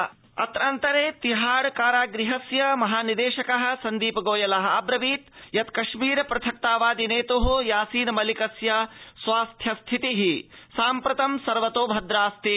यासीनमलिक तिहाड़ कारा गृहस्य महा निदेशकः सन्दीप गोयलः अब्रवीत् यत् कश्मीर पृथक्तावादि नेत्ः यासीन मलिकस्य स्वास्थ्य स्थितिः साम्प्रतं सर्वतो भद्राऽस्ति